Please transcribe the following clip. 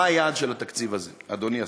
מה היעד של התקציב הזה, אדוני השר?